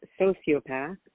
sociopath